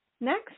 next